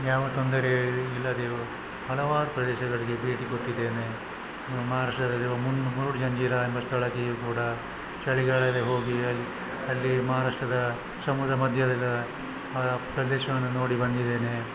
ಯಾವ ತೊಂದರೆಯೂ ಇಲ್ಲದೆಯೂ ಹಲವಾರು ಪ್ರದೇಶಗಳಿಗೆ ಭೇಟಿ ಕೊಟ್ಟಿದ್ದೇನೆ ಮಹಾರಾಷ್ಟ್ರದಲ್ಲಿರುವ ಮುರುಡು ಜಂಜೀರ ಎಂಬ ಸ್ಥಳಕ್ಕೆಯೂ ಕೂಡ ಚಳಿಗಾಲದಲ್ಲಿ ಹೋಗಿ ಅಲ್ಲಿ ಮಹಾರಾಷ್ಟ್ರದ ಸಮುದ್ರ ಮಧ್ಯದ ಆ ಪ್ರದೇಶವನ್ನು ನೋಡಿ ಬಂದಿದ್ದೇನೆ